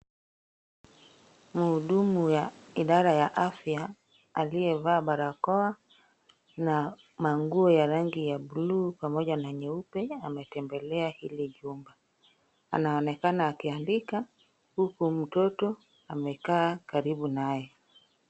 Mhudumu ya idara ya afya aliyevaa barakoa na manguo ya rangi ya blue pamoja na nyeupe ametembelea hili jumba. Anaonekana akiandika huku mtoto amekaa karibu naye.